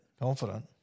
Confident